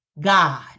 God